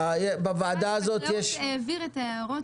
החקלאות העביר את ההערות